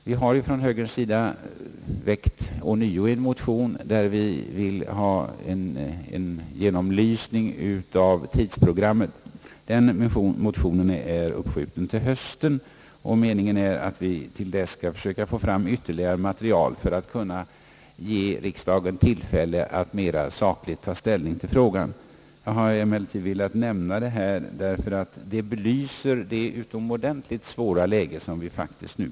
Vi har från högerns sida ånyo väckt en motion, där vi begär en genomlysning av tidsprogrammet. Behandlingen av denna motion är uppskjuten till hösten. Meningen är att vi till dess skall försöka få fram ytterligare material för att ge riksdagen ett mera sakligt underlag för ett ställningstagande i frågan.